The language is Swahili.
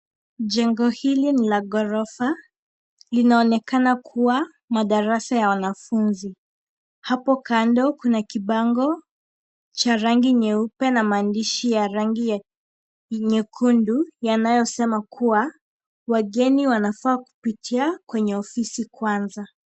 Jengo hili ni la gorofa linaonekana kuwa madarasa ya wanafunzi, hapo kando kuna kibango cha rangi nyeupe na maandishi ya rangi nyekundu yanayosema kuwa, wageni wanafaa kupitia kwenye ofisi kwanza.